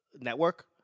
network